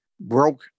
broke